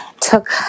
took